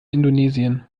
indonesien